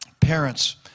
Parents